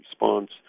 response